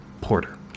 Porter